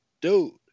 dude